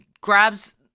grabs